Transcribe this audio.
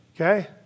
Okay